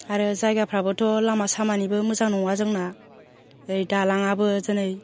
आरो जायगाफ्राबोथ' लामा सामानिबो मोजां नङा जोंना ओरै दालाङाबो जेनै